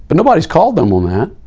but nobody's called them on that.